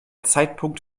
zeitpunkt